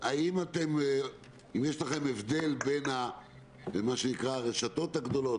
האם יש לכם הבדל בין הרשתות הגדולות,